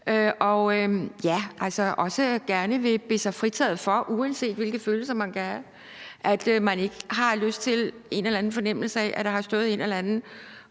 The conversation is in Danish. ja, også gerne vil bede sig fritaget for det, uanset hvilke følelser man kan have, i forhold til at have en eller anden fornemmelse af, at der har stået en eller anden